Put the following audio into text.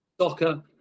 Soccer